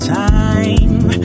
time